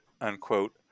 unquote